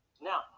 Now